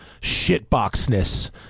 shitboxness